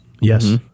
Yes